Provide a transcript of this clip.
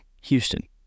Houston